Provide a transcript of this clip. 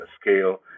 scale